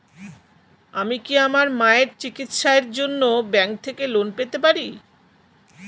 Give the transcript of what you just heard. আমি কি আমার মায়ের চিকিত্সায়ের জন্য ব্যঙ্ক থেকে লোন পেতে পারি?